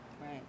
Right